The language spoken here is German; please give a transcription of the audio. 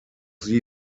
sie